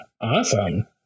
Awesome